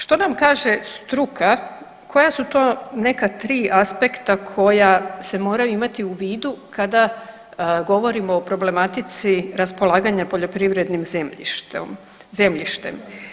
Što nam kaže struka, koja su to neka tri aspekta koja se moraju imati u vidu kada govorimo o problematici raspolaganja poljoprivrednim zemljištem.